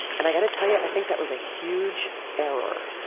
and i got to tell you, i think that was a huge error.